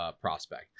prospect